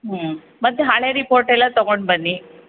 ಹ್ಞೂ ಮತ್ತು ಹಳೆಯ ರಿಪೋರ್ಟ್ ಎಲ್ಲ ತಗೋಂಡ್ಬನ್ನಿ